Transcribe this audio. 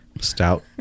stout